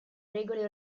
regole